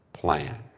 plan